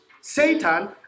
Satan